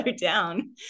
down